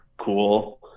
cool